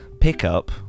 pickup